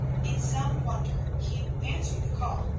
in some wonder he answered the call,